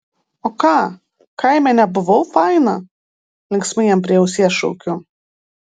o ką kaime nebuvau faina linksmai jam prie ausies šaukiu